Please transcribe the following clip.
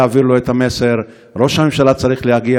להעביר לו את המסר ראש הממשלה צריך להגיע